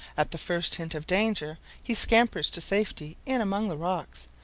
at the first hint of danger he scampers to safety in among the rocks,